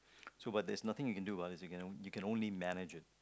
so but there's nothing you can do about it you can only manage it